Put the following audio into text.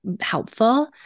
helpful